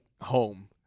home